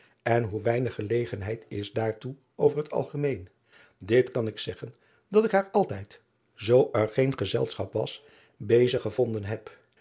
en hoe weinig gelegenheid is daartoe over het algemeen it kan ik zeggen dat ik haar altijd zoo er geen gezelschap was bezig gevonden heb